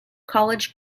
college